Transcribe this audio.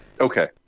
Okay